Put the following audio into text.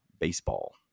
baseball